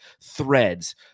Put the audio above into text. Threads